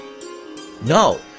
No